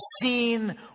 seen